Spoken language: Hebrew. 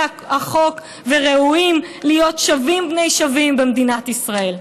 החוק וראויים להיות שווים בני שווים במדינת ישראל.